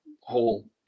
whole